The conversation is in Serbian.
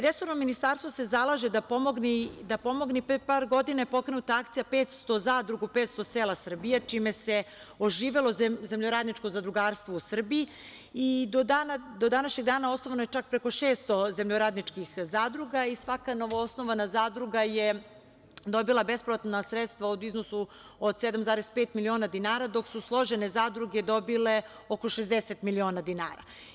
Resorno ministarstvo se zalaže da pomogne, i pre par godina je pokrenuta akcija „500 zadruga u 500 sela“ Srbije čime se oživelo zemljoradničko zadrugarstvo u Srbiji i do današnjeg dana osnovano je čak preko 600 zemljoradničkih zadruga i svaka novoosnovana zadruga je dobila bespovratna sredstva o iznosu od 7,5 miliona dinara dok su složene zadruge dobile oko 60 miliona dinara.